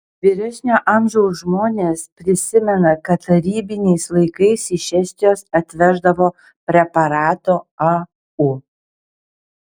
vyresnio amžiaus žmonės prisimena kad tarybiniais laikais iš estijos atveždavo preparato au